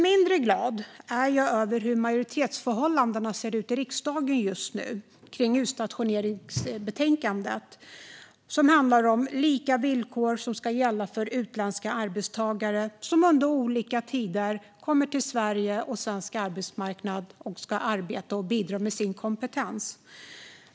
Mindre glad är jag över hur majoritetsförhållandet ser ut i riksdagen just nu kring utstationeringsbetänkandet, som handlar om att lika villkor ska gälla för utländska arbetstagare som under olika tider kommer till Sverige och svensk arbetsmarknad för att arbeta och bidra med sin kompetens.